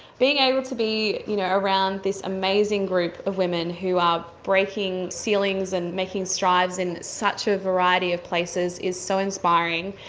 being able to be you know around this amazing group of women who are breaking ceilings and making strides in such a variety of places is so inspiring.